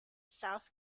south